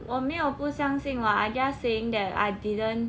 我没有不相信 lah I just saying that I didn't